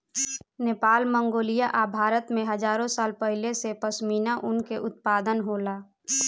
Nepal, Mongolia आ भारत में हजारो साल पहिले से पश्मीना ऊन के उत्पादन होला